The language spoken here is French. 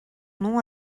nom